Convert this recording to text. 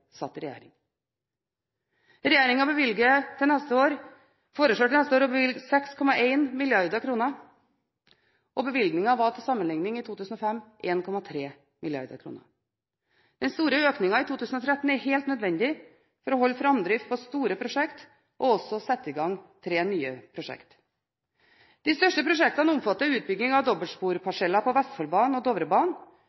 satt i regjering. Regjeringen foreslår til neste år å bevilge 6,1 mrd. kr, og bevilgningen var til sammenlikning i 2005 1,3 mrd. kr. Den store økningen i 2013 er helt nødvendig for å holde framdrift på store prosjekter og også sette i gang tre nye prosjekter. De største prosjektene omfatter utbygging av